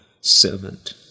servant